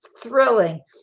thrilling